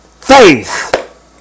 Faith